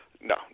No